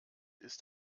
ist